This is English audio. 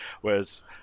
whereas